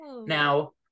now